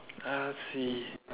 uh let's see